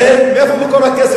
ולכן, מאיפה יבוא כל הכסף?